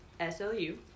slu